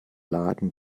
laden